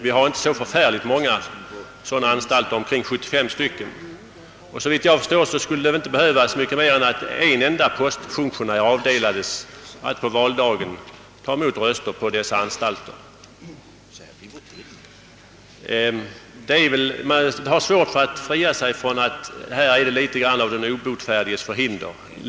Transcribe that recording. Vi har inte särskilt många sådana — endast ungefär 75 stycken — och såvitt jag förstår skulle det inte behövas mycket mer än att en postfunktionär per anstalt avdelades för att där ta emot röster på valdagen. Man har svårt att värja sig för intrycket att det är fråga om något av den obotfärdiges förhinder.